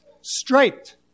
striped